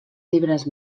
llibres